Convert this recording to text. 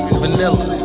vanilla